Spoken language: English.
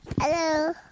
Hello